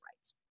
rights